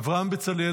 אברהם בצלאל,